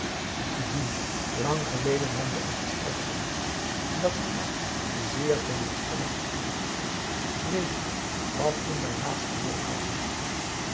julie lang geleden hebben we n gesprek gevoerd dat voor mij zeer teleurstellend geëindigd is weet je nog wat toen mijn laatste woord was